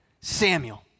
Samuel